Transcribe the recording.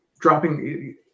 dropping